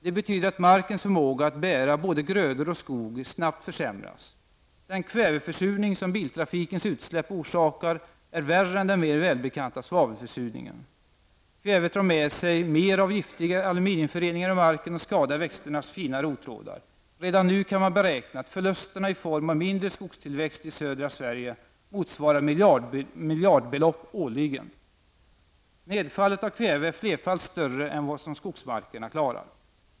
Det betyder att markens förmåga att bära både grödor och skog snabbt har försämrats. Den kväveförsurning som biltrafikens utsläpp orsakar är värre än den mer välbekanta svavelförsurningen. Kvävet drar med sig mer av giftiga aluminiumföreningar ur marken och skadar växternas fina rottrådar. Redan nu kan man beräkna att förluserna i form av mindre skogstillväxt i södra Sverige motsvarar miljardbelopp varje år. Nedfallet av kväve är flerfalt större än vad som skogsmarkerna klarar.